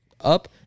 up